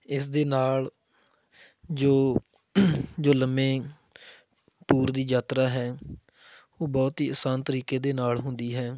ਇਸ ਦੇ ਨਾਲ ਜੋ ਜੋ ਲੰਮੇ ਟੂਰ ਦੀ ਯਾਤਰਾ ਹੈ ਉਹ ਬਹੁਤ ਹੀ ਆਸਾਨ ਤਰੀਕੇ ਦੇ ਨਾਲ ਹੁੰਦੀ ਹੈ